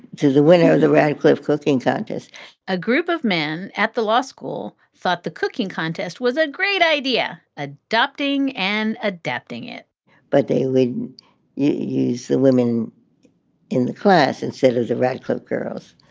to the winner of the radcliffe cooking contest a group of men at the law school thought the cooking contest was a great idea, adapting and adapting it but they wouldn't use the women in the class instead of the radcliffe girls.